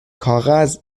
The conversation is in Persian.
کاغذ